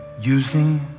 using